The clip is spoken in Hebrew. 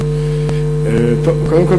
קודם כול,